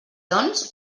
doncs